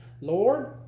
Lord